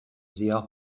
sehr